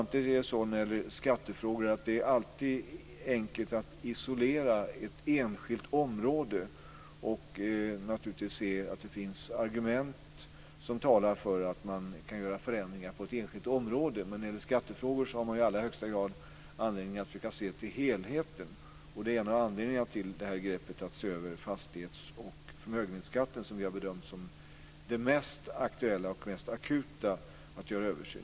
I skattefrågor är det dock alltid enkelt att isolera ett enskilt område och säga att det finns argument som talar för att man kan göra förändringar på ett enskilt område. När det gäller skattefrågor har man dock i allra högsta grad anledning att försöka se till helheten. Det är anledningen till greppet att se över fastighets och förmögenhetsskatten, som vi har bedömt som det som är mest aktuellt och mest akut att se över.